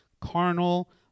carnal